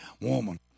woman